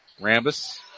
Rambus